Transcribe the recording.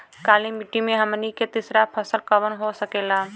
काली मिट्टी में हमनी के तीसरा फसल कवन हो सकेला?